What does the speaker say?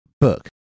book